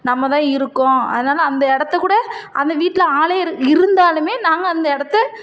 நம்ம தான் இருக்கோம் அதனாலே அந்த இடத்தை கூட அந்த வீட்டில் ஆளே இருக் இருந்தாலுமே நாங்கள் அந்த இடத்தை